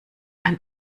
ein